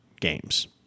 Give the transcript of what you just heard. games